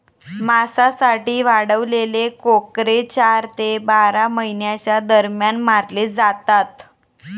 मांसासाठी वाढवलेले कोकरे चार ते बारा महिन्यांच्या दरम्यान मारले जातात